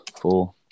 four